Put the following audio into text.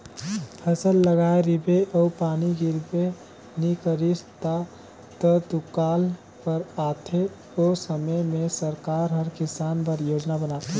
फसल लगाए रिबे अउ पानी गिरबे नी करिस ता त दुकाल पर जाथे ओ समे में सरकार हर किसान बर योजना बनाथे